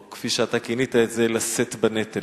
או כפי שאתה כינית את זה: לשאת בנטל.